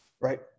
Right